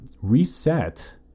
Reset